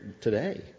today